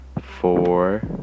four